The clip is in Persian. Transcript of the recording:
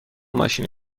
ماشینی